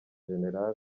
gen